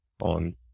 On